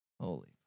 Holy